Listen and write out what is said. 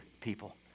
people